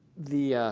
the